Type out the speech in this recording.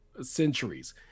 centuries